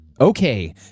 Okay